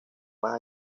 más